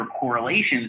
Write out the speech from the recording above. correlations